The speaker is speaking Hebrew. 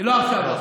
לא עכשיו.